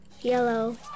Yellow